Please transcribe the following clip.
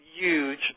huge